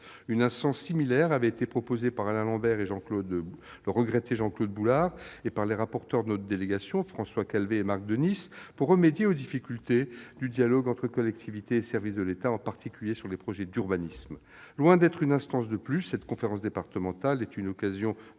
Une instance similaire avait été proposée par Alain Lambert et le regretté Jean-Claude Boulard, de même que par les rapporteurs de notre délégation, François Calvet et Marc Daunis, pour remédier aux difficultés du dialogue entre collectivités et services de l'État, en particulier pour ce qui concerne les projets d'urbanisme. Loin d'être une instance de plus, cette conférence départementale est une occasion